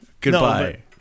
Goodbye